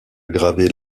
gravé